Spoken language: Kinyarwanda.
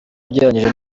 ugereranyije